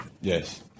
yes